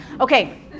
okay